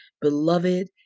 beloved